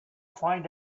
find